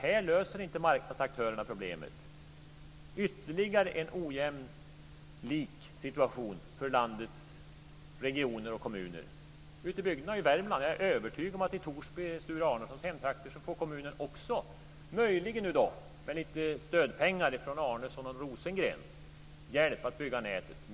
Här löser inte marknadsaktörerna problemet. Det är ytterligare en ojämlik situation för landets regioner och kommuner. Jag är övertygad om att ute i bygderna i Värmland, och i Torsby i Sture Arnessons hemtrakter, får kommunerna också möjligen, med lite stödpengar från Arnesson och Rosengren, hjälp att bygga nätet.